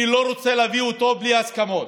אני לא רוצה להביא אותו בלי הסכמות,